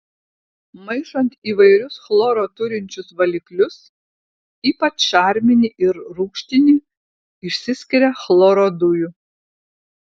maišant įvairius chloro turinčius valiklius ypač šarminį ir rūgštinį išsiskiria chloro dujų